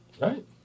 Right